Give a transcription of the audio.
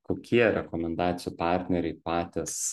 kokie rekomendacijų partneriai patys